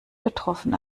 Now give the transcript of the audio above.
betroffen